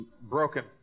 Broken